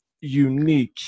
unique